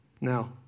Now